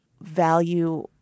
value